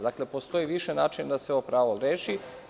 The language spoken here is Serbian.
Znači, postoji više načina da se ovo pravo reši.